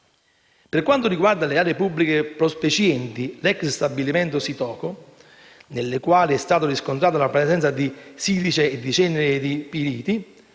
Per quanto riguarda le aree pubbliche prospicienti l'ex stabilimento Sitoco, nelle quali è stata riscontrata la presenza di silice e ceneri di piriti